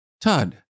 Todd